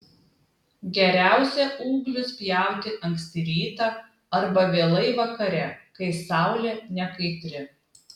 geriausia ūglius pjauti anksti rytą arba vėlai vakare kai saulė nekaitri